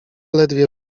ledwie